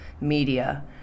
media